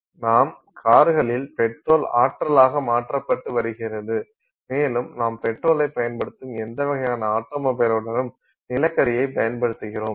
நம் கார்களில் பெட்ரோல் ஆற்றலாக மாற்றப்பட்டு வருகிறது மேலும் நாம் பெட்ரோலைப் பயன்படுத்தும் எந்த வகையான ஆட்டோமொபைலுடனும் நிலக்கரியைப் பயன்படுத்துகிறோம்